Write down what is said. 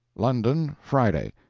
london, friday.